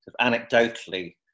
anecdotally